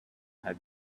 had